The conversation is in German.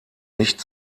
nicht